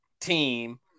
team